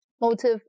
motive